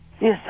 Yes